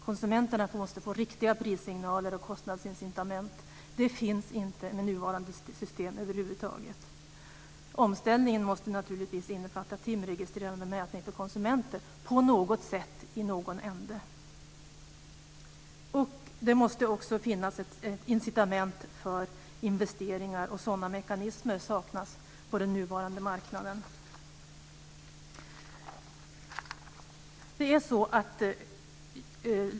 Konsumenterna måste få riktiga prissignaler och kostnadsincitament. Det finns inte med nuvarande system över huvud taget. Omställningen måste naturligtvis innefatta timregistrerande mätning för konsumenter på något sätt, i någon ända. Det måste också finnas ett incitament för investeringar, och sådana mekanismer saknas på den nuvarande marknaden.